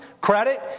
credit